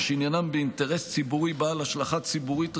ושעניינם באינטרס ציבורי בעל השלכה ציבורית רחבה,